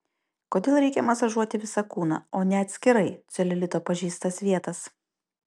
kodėl reikia masažuoti visą kūną o ne atskirai celiulito pažeistas vietas